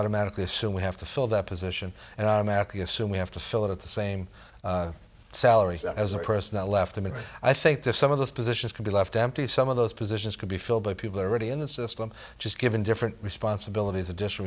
automatically assume we have to fill that position and i'm at the assume we have to fill it at the same salary as a person that left them and i think to some of those positions could be left empty some of those positions could be filled by people are already in the system just given different responsibilities additional